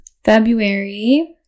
February